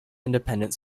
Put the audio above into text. independent